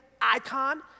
icon